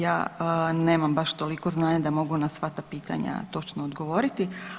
Ja nemam baš toliko znanja da mogu na sva ta pitanja točno odgovoriti.